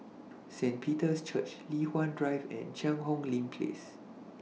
Saint Peter's Church Li Hwan Drive and Cheang Hong Lim Place